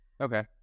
Okay